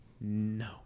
No